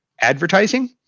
advertising